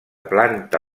planta